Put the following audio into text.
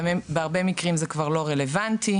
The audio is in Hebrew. בהרבה מקרים זה כבר לא רלוונטי".